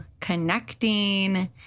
connecting